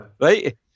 right